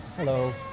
Hello